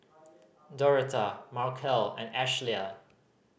Doretha Markel and Ashlea